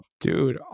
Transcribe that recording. dude